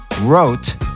wrote